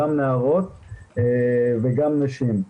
גם נערות וגם נשים.